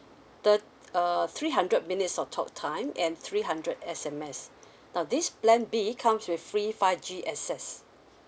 third err three hundred minutes of talk time and three hundred S_M_S now this plan B comes with free five G access